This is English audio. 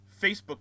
Facebook